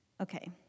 Okay